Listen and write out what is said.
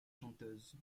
chanteuses